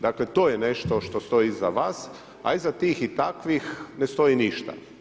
Dakle to je nešto što stoji iza vas a iza tih i takvih ne stoji ništa.